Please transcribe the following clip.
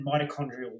mitochondrial